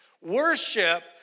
Worship